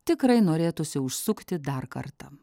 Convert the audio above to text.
tikrai norėtųsi užsukti dar kartą